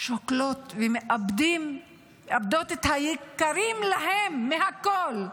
שוכלות ומאבדות את היקרים להם מכול.